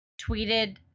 tweeted